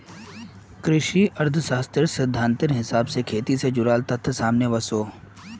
कृषि अर्थ्शाश्त्रेर सिद्धांतेर हिसाब से खेटी से जुडाल तथ्य सामने वोसो